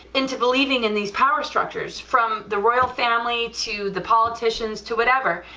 into believing in these power structures from the royal family to the politicians to whatever,